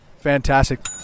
Fantastic